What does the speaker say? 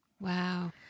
Wow